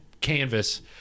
canvas